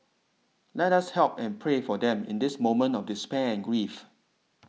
let us help and pray for them in this moment of despair and grief